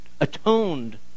atoned